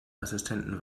assistenten